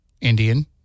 Indian